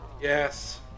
Yes